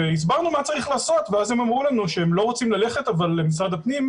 הסברנו מה צריך לעשות ואז אמרו לנו שהם לא רוצים ללכת למשרד הפנים,